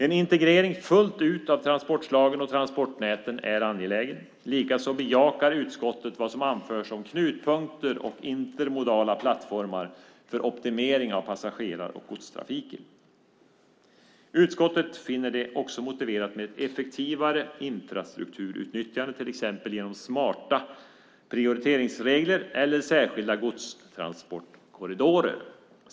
En integrering fullt ut av transportslagen och transportnäten är angelägen. Likaså bejakar utskottet vad som anförs om knutpunkter och intermodala plattformar för optimering av passagerar och godstrafiken. Utskottet finner det också motiverat med ett effektivare infrastrukturutnyttjande, till exempel genom smarta prioriteringsregler eller särskilda godstransportkorridorer.